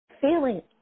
feeling